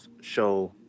show